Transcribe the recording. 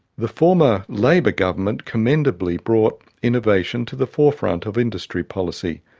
the former labor government commendably brought innovation to the forefront of industry policy.